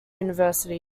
university